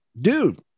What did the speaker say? dude